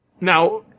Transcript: now